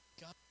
God